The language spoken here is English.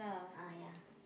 ah ya